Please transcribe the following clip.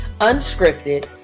unscripted